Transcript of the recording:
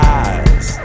eyes